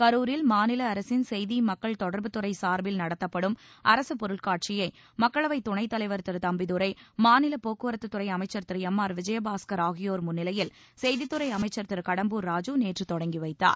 கரூரில் மாநில அரசின் செய்தி மக்கள் தொடர்புத்துறை சார்பில் நடத்தப்படும் அரசு பொருட்காட்சியை மக்களவை துணைத் தலைவர் திரு தம்பிதுரை மாநில போக்குவரத்துத்துறை அமைச்சர் திரு எம் ஆர் விஜயபாஸ்கர் ஆகியோர் முன்னிலையில் செய்தித்துறை அமைச்சர் திரு கடம்பூர் ராஜூ நேற்று தொடங்கி வைத்தார்